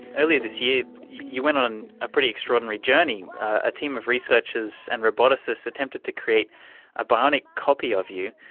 earlier this year you went on a pretty extraordinary journey. a team of researchers and roboticists attempted to create a bionic copy of you.